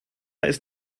ist